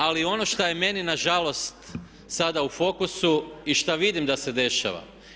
Ali ono što je meni nažalost sada u fokusu i šta vidim da se dešava.